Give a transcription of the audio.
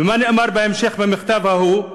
ומה נאמר בהמשך במכתב ההוא?